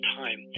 time